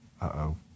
Uh-oh